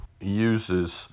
uses